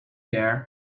there